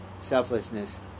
selflessness